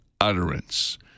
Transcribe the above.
utterance